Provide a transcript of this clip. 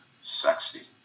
sexy